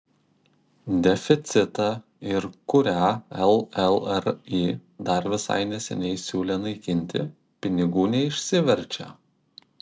deficitą ir kurią llri dar visai neseniai siūlė naikinti pinigų neišsiverčia